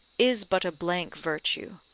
is but a blank virtue,